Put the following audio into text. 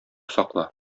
сакла